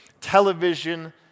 television